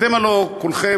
אתם הלוא כולכם,